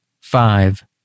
five